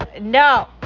no